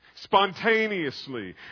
spontaneously